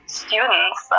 students